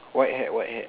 white hat white hat